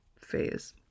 phase